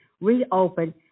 reopen